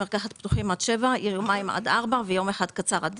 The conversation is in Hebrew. עד 19:00, יומיים עד 16:00, ויש יום אחד קצר עד